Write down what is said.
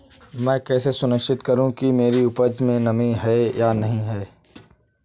मैं कैसे सुनिश्चित करूँ कि मेरी उपज में नमी है या नहीं है?